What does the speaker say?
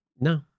No